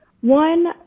one